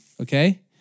Okay